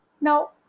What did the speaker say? Now